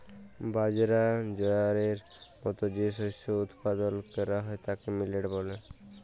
বাজরা, জয়ারের মত যে শস্য উৎপাদল ক্যরা হ্যয় তাকে মিলেট ব্যলে